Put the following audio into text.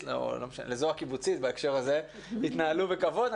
לזו הקיבוצית בהקשר הזה יתנהלו בכבוד.